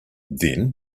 then